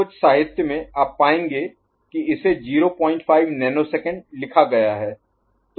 कुछ साहित्य में आप पाएंगे कि इसे 05 नैनोसेकंड लिखा गया है